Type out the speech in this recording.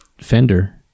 Fender